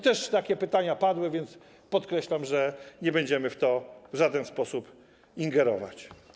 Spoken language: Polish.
Takie pytania padły, więc podkreślam, że nie będziemy w to w żaden sposób ingerować.